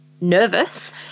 nervous